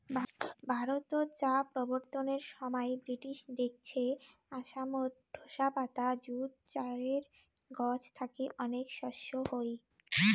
ভারতত চা প্রবর্তনের সমাই ব্রিটিশ দেইখছে আসামত ঢোসা পাতা যুত চায়ের গছ থাকি অনেক শস্য হই